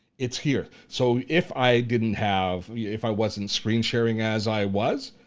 it's here, so if i didn't have, yeah if i wasn't screen sharing as i was,